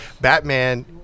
batman